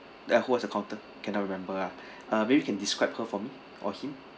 that who was the counter cannot remember ah uh maybe can describe her for me or him